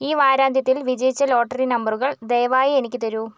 ഈ വാരാന്ത്യത്തിൽ വിജയിച്ച ലോട്ടറി നമ്പറുകൾ ദയവായി എനിക്ക് തരൂ